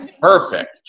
Perfect